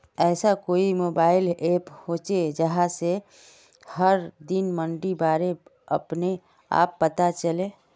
ऐसा कोई mobile app होचे जहा से हर दिन मंडीर बारे अपने आप पता चले?